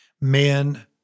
men